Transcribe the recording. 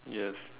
yes